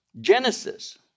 Genesis